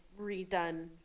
redone